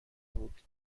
بود